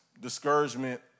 discouragement